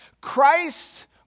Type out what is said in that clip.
Christ